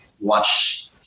watch